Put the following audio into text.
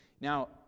Now